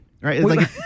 Right